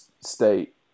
State